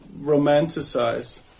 romanticize